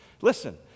listen